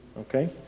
Okay